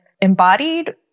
embodied